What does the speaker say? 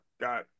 got